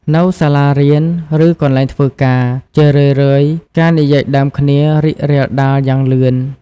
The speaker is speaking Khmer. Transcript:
នៅសាលារៀន ឬកន្លែងធ្វើការ ជារឿយៗ ការនិយាយដើមគ្នារីករាលដាលយ៉ាងលឿន។